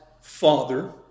father